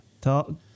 tell